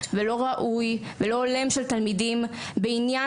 לא ראוי ולא הולם של תלמידים בעניין